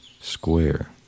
square